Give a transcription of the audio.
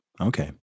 okay